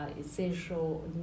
essential